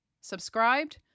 subscribed